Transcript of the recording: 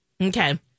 Okay